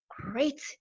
great